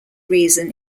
reason